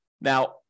Now